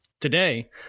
Today